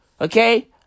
Okay